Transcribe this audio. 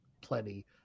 plenty